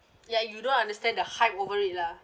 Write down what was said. ya you don't understand the hype over it lah